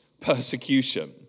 persecution